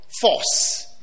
force